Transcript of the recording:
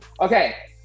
okay